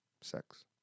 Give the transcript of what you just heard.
sex